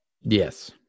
Yes